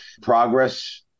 Progress